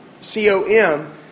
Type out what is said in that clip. C-O-M